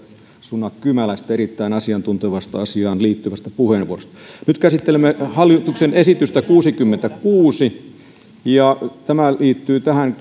suna kymäläistä erittäin asiantuntevasta asiaan liittyvästä puheenvuorosta nyt käsittelemme hallituksen esitystä kuusikymmentäkuusi tämä liittyy tähän